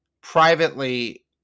privately